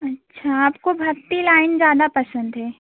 अच्छा आपको भक्ति लाइन ज़्यादा पसंद है